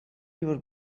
your